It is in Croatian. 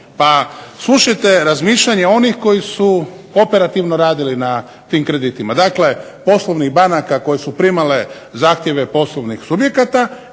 Pa slušajte razmišljanje onih koji su operativno radili na tim kreditima, dakle poslovnih banaka koje su primale zahtjeve poslovnih subjekata